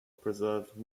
preserved